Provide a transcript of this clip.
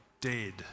dead